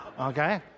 Okay